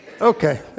Okay